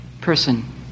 person